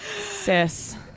sis